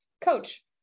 coach